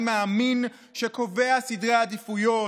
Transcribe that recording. האני מאמין שקובע סדרי עדיפויות,